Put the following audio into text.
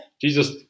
Jesus